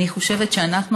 אני חושבת שאנחנו,